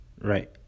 right